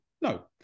No